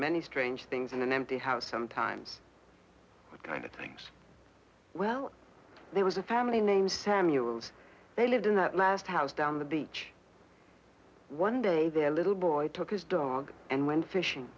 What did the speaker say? many strange things in an empty house sometimes kind of things well there was a family named samuels they lived in that last house down the beach one day their little boy took his dog and went fishing